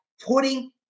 putting